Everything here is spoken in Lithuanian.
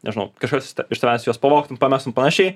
nežinau kažkas iš tavęs juos pavogtum pamestum panašiai